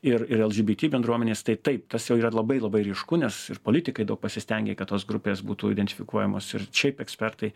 ir ir el žy by ty bendruomenės tai taip tas jau yra labai labai ryšku nes ir politikai daug pasistengė kad tos grupės būtų identifikuojamos ir šiaip ekspertai